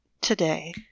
today